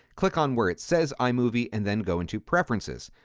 click on where it says imovie and then go into preferences.